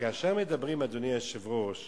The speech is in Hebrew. כאשר מדברים, אדוני היושב-ראש,